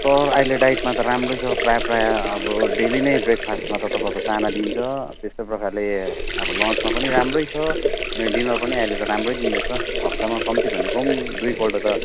sir अहिले डाइटमा त राम्रै छ प्रायः प्रायः अब डेली नै ब्रेकफास्टमा त तपाईँको चाना दिन्छ त्यस्तै प्रकारले अब लन्चमा पनि राम्रै छ अनि डिनर पनि अहिले त राम्रै दिँदैछ हप्तामा कम्ती भनेको पनि दुईपल्ट त